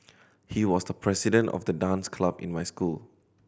he was the president of the dance club in my school